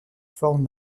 forme